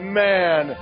man